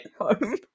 home